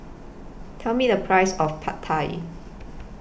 Tell Me The Price of Pad Thai